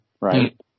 right